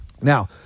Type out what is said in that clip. Now